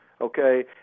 okay